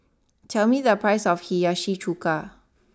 tell me the price of Hiyashi Chuka